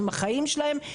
עם החיים שלהן,